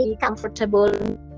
comfortable